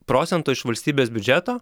procento iš valstybės biudžeto